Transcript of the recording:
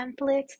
template